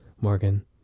Morgan